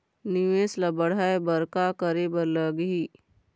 निवेश ला बढ़ाय बर का करे बर लगही?